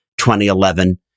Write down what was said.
2011